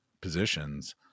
positions